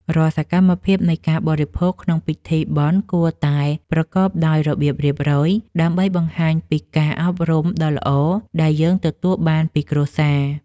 រាល់សកម្មភាពនៃការបរិភោគក្នុងពិធីបុណ្យគួរតែប្រកបដោយរបៀបរៀបរយ ដើម្បីបង្ហាញពីការអប់រំដ៏ល្អដែលយើងទទួលបានពីគ្រួសារ។